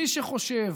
מי שחושב